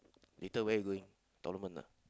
later where you going tournament ah